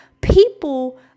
people